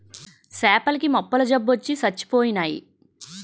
సేపల కి మొప్పల జబ్బొచ్చి సచ్చిపోయినాయి